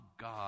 God